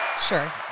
Sure